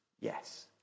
yes